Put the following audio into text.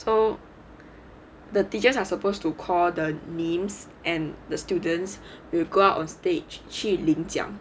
so the teachers are supposed to call the names and the students who go up on stage 去领奖